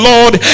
Lord